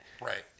Right